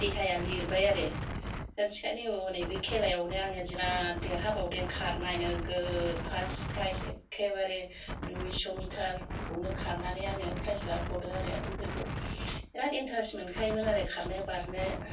देहाया लिरबाय आरो सानसेखालि हनै बे खेलायावनो आङो बेराद देरहाबावदों खारनाय नोगोद फार्स्ट प्राइज एक्केबारे दुइस' मिटारखौनो खारनानै आङो प्राइज लाबोबावदों आरो बेराद एन्टारेस्ट मोनखायोमोन आरो खारनो बारनो